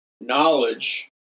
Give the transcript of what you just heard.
knowledge